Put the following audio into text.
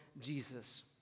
Jesus